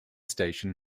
station